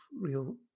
real